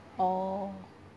orh